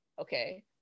okay